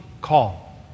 call